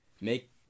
make